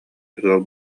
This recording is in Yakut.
ыал